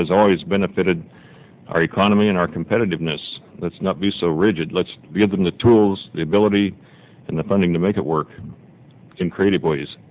has always been a fitted our economy and our competitiveness let's not be so rigid let's give them the tools military and the funding to make it work in creative ways